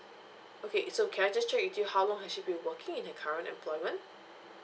okay so can I just check you how long has she been working in her current employment